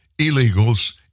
illegals